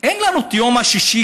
אין לנו את יום השישי,